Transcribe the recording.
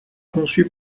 conçu